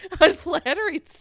unflattering